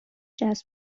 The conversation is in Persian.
جذب